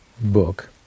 book